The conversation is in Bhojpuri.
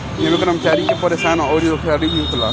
ऐमे कर्मचारी के परेशानी अउर धोखाधड़ी भी होला